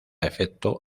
efecto